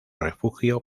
refugio